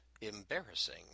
embarrassing